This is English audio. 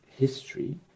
history